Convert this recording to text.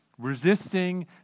Resisting